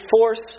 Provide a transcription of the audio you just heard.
force